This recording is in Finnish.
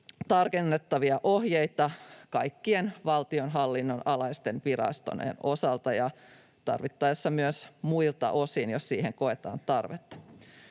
tarkentavia ohjeita kaikkien valtionhallinnon alaisten virastojen osalta, ja tarvittaessa myös muilta osin, jos siihen koetaan tarvetta.